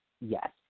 Yes